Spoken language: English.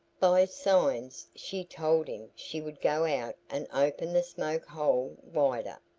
by signs she told him she would go out and open the smoke hole wider,